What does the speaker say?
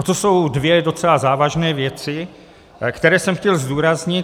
Toto jsou dvě docela závažné věci, které jsem chtěl zdůraznit.